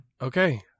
Okay